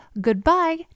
goodbye